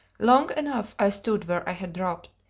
long enough i stood where i had dropped,